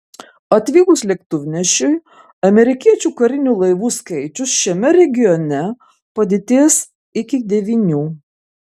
atvykus lėktuvnešiui amerikiečių karinių laivų skaičius šiame regione padidės iki devynių